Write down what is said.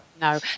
No